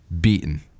Beaten